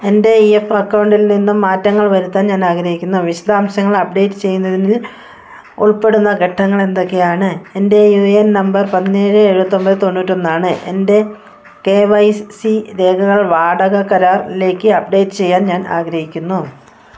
എൻ്റെ E P F അക്കൗണ്ടിൽനിന്ന് മാറ്റങ്ങൾ വരുത്താൻ ഞാൻ ആഗ്രഹിക്കുന്നു വിശദാംശങ്ങൾ അപ്ഡേറ്റ് ചെയ്യുന്നതിന് ഉൾപ്പെടുന്ന ഘട്ടങ്ങൾ എന്തൊക്കെയാണ് എൻ്റെ യു എൻ നമ്പർ പതിനേഴ് എഴുപത്തൊമ്പത് തൊണ്ണൂറ്റൊന്നാണ് എൻ്റെ കെ വൈ സി രേഖകൾ വാടക കരാറിലേക്ക് അപ്ഡേറ്റ് ചെയ്യാൻ ഞാൻ ആഗ്രഹിക്കുന്നു